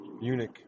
Munich